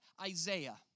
Isaiah